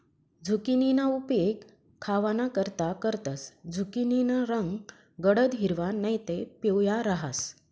झुकिनीना उपेग खावानाकरता करतंस, झुकिनीना रंग गडद हिरवा नैते पिवया रहास